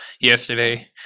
yesterday